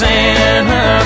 Santa